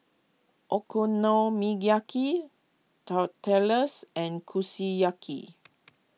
Okonomiyaki Tortillas and Kushiyaki